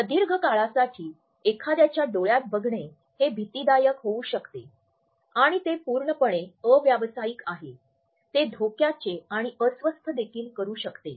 प्रदीर्घ काळासाठी एखाद्याच्या डोळ्यांत बघणे हे भितीदायक होऊ शकते आणि ते पूर्णपणे अव्यावसायिक आहे ते धोक्याचे आणि अस्वस्थ देखील करु शकते